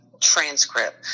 transcript